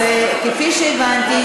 אז כפי שהבנתי,